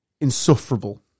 Insufferable